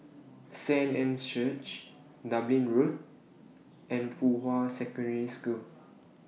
Saint Anne's Church Dublin Road and Fuhua Secondary School